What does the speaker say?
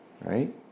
Right